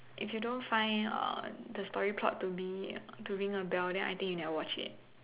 if you don't find uh the story plot to be to ring a bell then I think you never watch yet